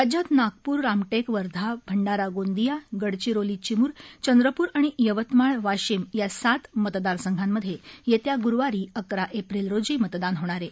राज्यात नागपूर रामटेक वर्धा भंडारा गोंदिया गडचिरोली चिमूर चंद्रपूर आणि यवतमाळ वाशिम या सात मतदार संघामध्ये येत्या गुरुवारी अकरा एप्रिलला मतदान होणार आहे